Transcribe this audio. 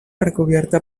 recubierta